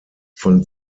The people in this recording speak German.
von